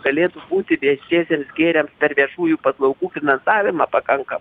galėtų būti viešiesiems gėriams per viešųjų paslaugų finansavimą pakankamą